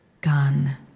gun